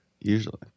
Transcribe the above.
Usually